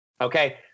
Okay